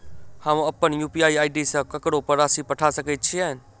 हम अप्पन UPI ID सँ ककरो पर राशि पठा सकैत छीयैन?